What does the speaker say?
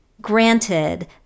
granted